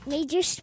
Major